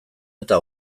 eta